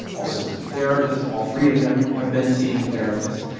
also with a therapist. all three of them have been seeing a therapist.